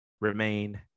Remain